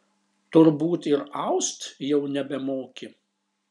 turbūt ir aust jau nebemoki